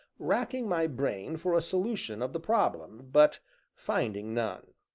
racking my brain for a solution of the problem, but finding none.